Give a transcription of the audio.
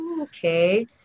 okay